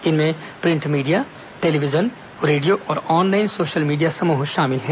इनमें print media television radio और online social media समूह शामिल हैं